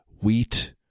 wheat